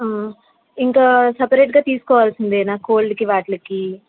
ఇంకా సెపరేట్గా తీసుకోవాల్సిందేనా కోల్డ్కి వాటికి